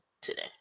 today